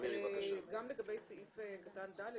גם לגבי סעיף קטן (ד),